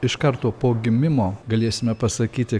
iš karto po gimimo galėsime pasakyti